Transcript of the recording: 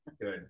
good